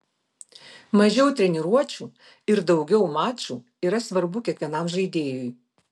mažiau treniruočių ir daugiau mačų yra svarbu kiekvienam žaidėjui